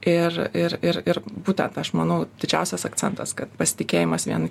ir ir ir ir būtent aš manau didžiausias akcentas kad pasitikėjimas vieni